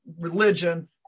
religion